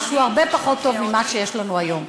שהוא הרבה פחות טוב ממה שיש לנו היום.